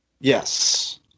yes